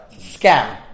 Scam